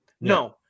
No